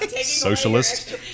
Socialist